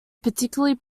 particularly